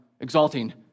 exalting